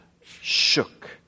shook